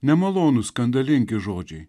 nemalonūs skandalingi žodžiai